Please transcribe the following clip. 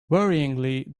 worryingly